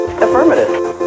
Affirmative